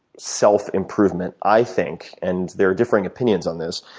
self-improvement, i think, and there are differing opinions on this,